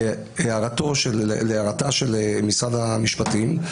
להערתה של משרד המשפטים.